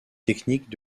techniques